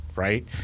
right